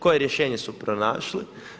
Koje rješenje su pronašli?